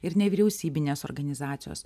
ir nevyriausybinės organizacijos